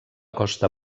costa